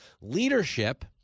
leadership